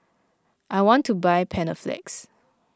I want to buy Panaflex